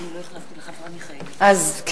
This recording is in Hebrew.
אז,